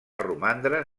romandre